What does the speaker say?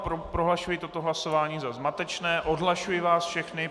Pardon, prohlašuji toto hlasování za zmatečné, odhlašuji vás všechny.